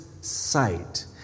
sight